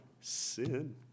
sin